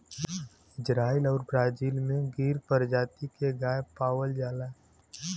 Israel आउर Brazil में गिर परजाती के गाय पावल जाला